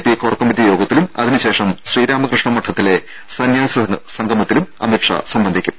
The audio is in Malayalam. പി കോർ കമ്മറ്റി യോഗത്തിലും അതിന് ശേഷം ശ്രീരാമകൃഷ്ണ മഠത്തിലെ സന്യാസി സംഗമത്തിലും അമിത്ഷാ സംബ ന്ധിക്കും